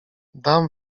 dam